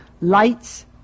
lights